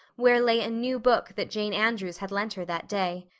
where lay a new book that jane andrews had lent her that day.